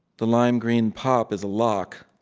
the lime green pop is a lock.